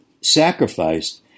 sacrificed